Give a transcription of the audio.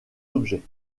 objet